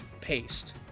paste